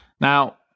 Now